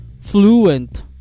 fluent